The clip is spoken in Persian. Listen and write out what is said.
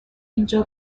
اینجا